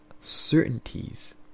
Certainties